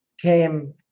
came